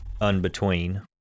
Unbetween